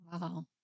Wow